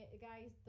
guys